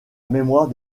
mémoire